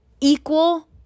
equal